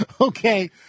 Okay